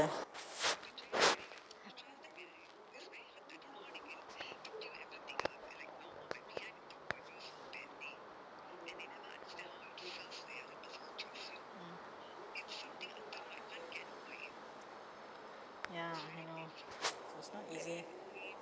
ya I know it's not easy